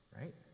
right